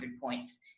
points